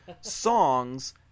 songs